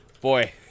Boy